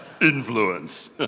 Influence